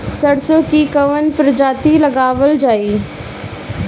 सरसो की कवन प्रजाति लगावल जाई?